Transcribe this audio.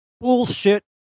bullshit